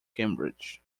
cambridge